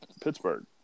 pittsburgh